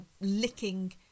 licking